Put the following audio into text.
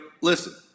listen